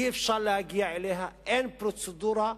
אי-אפשר להגיע אליה, אין פרוצדורה,